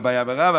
אביי ורבא,